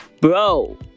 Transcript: Bro